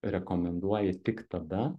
rekomenduoji tik tada